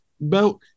belt